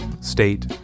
state